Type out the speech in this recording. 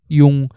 yung